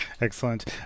excellent